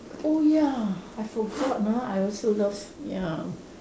oh ya I forgot lah I also love ya